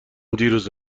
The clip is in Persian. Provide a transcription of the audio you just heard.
دیروز